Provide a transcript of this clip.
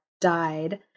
died